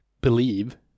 believe